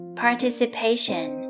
participation